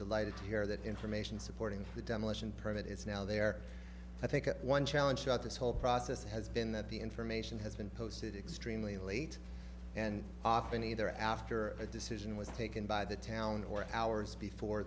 delighted to hear that information supporting the demolition permit is now there i think that one challenge about this whole process has been that the information has been posted extremely late and often either after a decision was taken by the town or hours before